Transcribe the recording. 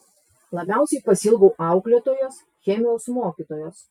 labiausiai pasiilgau auklėtojos chemijos mokytojos